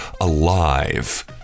alive